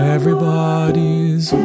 Everybody's